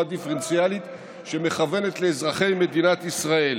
דיפרנציאלית שמכוונת לאזרחי מדינת ישראל,